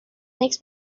makes